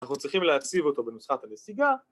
‫אנחנו צריכים להציב אותו ‫בנוסחת הנסיגה.